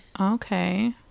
Okay